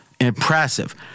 Impressive